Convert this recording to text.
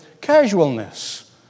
casualness